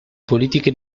politiche